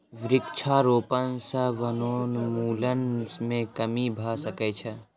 वृक्षारोपण सॅ वनोन्मूलन मे कमी भ सकै छै